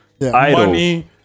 money